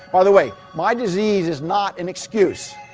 by the way, my disease is not an excuse